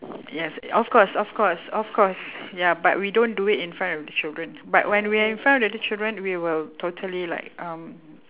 yes of course of course of course ya but we don't do it in front of the children but when we are in front of the children we will totally like um